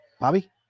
Bobby